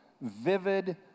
vivid